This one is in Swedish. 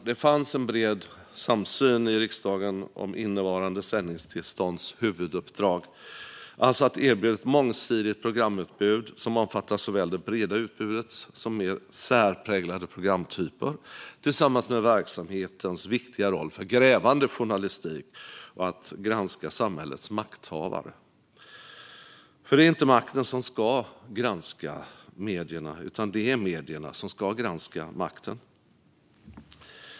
Det fanns en bred samsyn i riksdagen om innevarande sändningstillstånds huvuduppdrag, alltså att erbjuda ett mångsidigt programutbud som omfattar såväl det breda utbudet som mer särpräglade programtyper tillsammans med verksamhetens viktiga roll för grävande journalistik och att granska samhällets makthavare. Det är nämligen inte makten som ska granska medierna, utan det är medierna som ska granska makten.